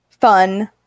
fun